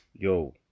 Yo